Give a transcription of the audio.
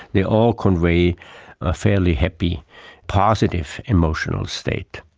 they all convey a fairly happy positive emotional state.